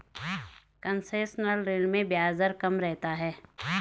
concessional ऋण में ब्याज दर कम रहता है